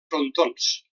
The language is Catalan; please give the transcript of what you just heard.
frontons